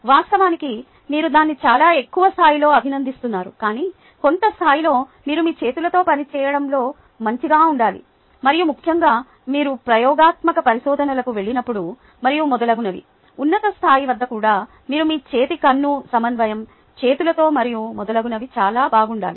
వాస్తవానికి మీరు దీన్ని చాలా ఎక్కువ స్థాయిలో అభినందిస్తున్నారు కానీ కొంత స్థాయిలో మీరు మీ చేతులతో పనిచేయడంలో మంచిగా ఉండాలి మరియు ముఖ్యంగా మీరు ప్రయోగాత్మక పరిశోధనలకు వెళ్ళినప్పుడు మరియు మొదలగునవి ఉన్నత స్థాయి వద్ద కూడా మీరు మీ చేతి కన్ను సమన్వయం చేతులతో మరియు మొదలగునవి చాలా బాగుండాలి